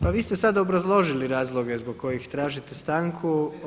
Pa vi ste sad obrazložili razloge zbog kojih tražite stanku.